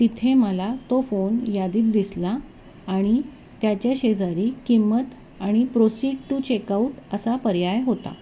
तिथे मला तो फोन यादीत दिसला आणि त्याच्या शेजारी किंमत आणि प्रोसीड टू चेकआउट असा पर्याय होता